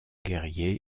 guerriers